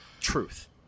truth